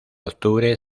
octubre